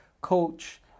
coach